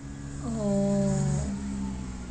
oh